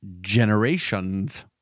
generations